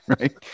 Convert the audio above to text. right